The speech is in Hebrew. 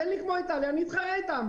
תן לי כמו איטליה, אני אתחרה איתה.